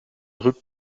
rückt